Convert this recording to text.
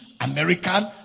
American